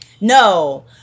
No